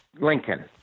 Lincoln